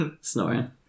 snoring